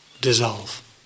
dissolve